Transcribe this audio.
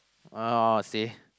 oh say